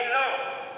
חינוך,